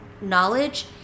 knowledge